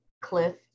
cliff